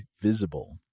Visible